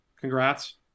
Congrats